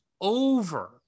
over